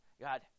God